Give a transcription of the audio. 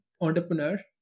entrepreneur